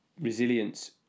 resilience